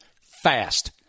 fast